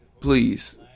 please